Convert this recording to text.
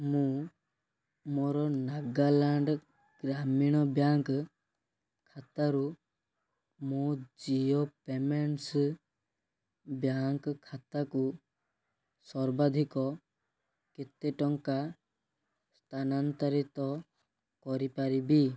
ମୁଁ ମୋର ନାଗାଲାଣ୍ଡ ଗ୍ରାମୀଣ ବ୍ୟାଙ୍କ ଖାତାରୁ ମୁଁ ଜିଓ ପେମେଣ୍ଟସ୍ ବ୍ୟାଙ୍କ ଖାତାକୁ ସର୍ବାଧିକ କେତେ ଟଙ୍କା ସ୍ତାନାନ୍ତରିତ କରିପାରିବି